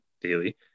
daily